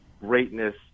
greatness